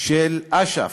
של אש"ף,